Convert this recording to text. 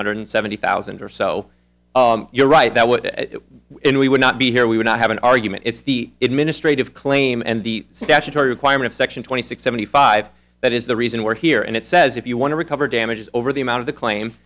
hundred seventy thousand or so you're right that what we would not be here we would not have an argument it's the it ministry to claim and the statutory requirement section twenty six seventy five that is the reason we're here and it says if you want to recover damages over the amount of the claim